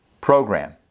program